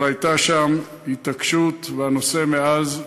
אבל הייתה שם התעקשות, והנושא מאז אצלי,